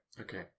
Okay